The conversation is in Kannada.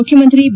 ಮುಖ್ಯಮಂತ್ರಿ ಬಿ